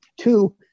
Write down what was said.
two